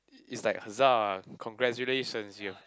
it it's like hazah congratulations you have